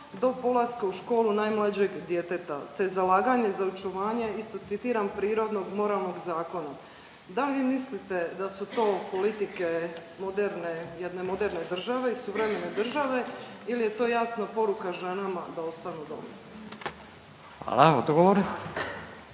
do polaska u školu najmlađeg djeteta te zalaganje za očuvanje“, isto citiram „prirodnog moralnog zakona“, da li vi mislite da su to politike moderne, jedne moderne države i suvremene države ili je to jasna poruka ženama da ostanu doma? **Radin,